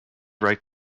right